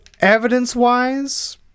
evidence-wise